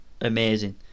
amazing